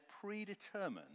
predetermined